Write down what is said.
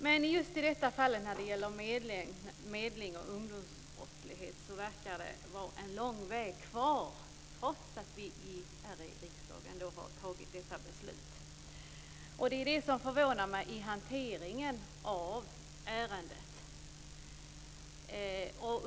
Men just i detta fall, när det gäller medling och ungdomsbrottslighet, verkar det vara lång väg kvar trots att vi här i riksdagen har fattat detta beslut. Det är det som förvånar mig i hanteringen av ärendet.